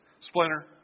splinter